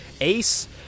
Ace